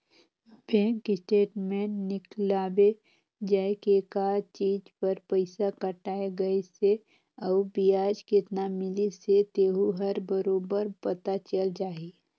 bank statement निकलवाबे जाये के का चीच बर पइसा कटाय गइसे अउ बियाज केतना मिलिस हे तेहू हर बरोबर पता चल जाही